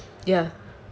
ya